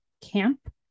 Camp